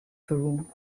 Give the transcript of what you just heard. peru